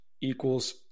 equals